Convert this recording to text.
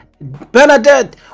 Bernadette